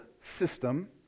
system